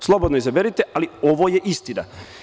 Slobodno izaberite, ali ovo je istina.